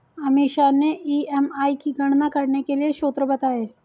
अमीषा ने ई.एम.आई की गणना करने के लिए सूत्र बताए